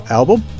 album